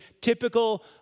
typical